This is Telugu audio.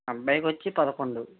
అబ్బాయి కొచ్చి పదకొండు